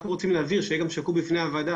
אנחנו רוצים להבהיר שיהיה גם שקוף בפני הוועדה,